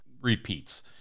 repeats